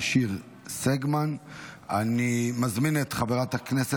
אושרה בקריאה טרומית ותעבור לוועדת העבודה